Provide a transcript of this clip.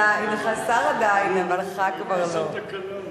לא מופיע אצלי בעד, אינך ח"כ יותר.